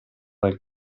dal